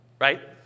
right